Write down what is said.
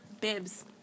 Bibs